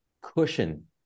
cushion